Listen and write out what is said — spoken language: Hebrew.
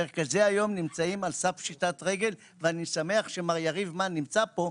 מרכזי היום נמצאים על סף פשיטת רגל ואני שמח שמר יריב מן נמצא פה,